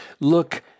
look